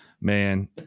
Man